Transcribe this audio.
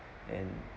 and